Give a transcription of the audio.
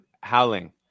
Howling